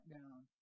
down